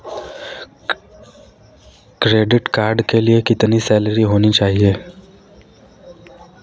Credit card के लिए कितनी सैलरी होनी चाहिए?